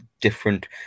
different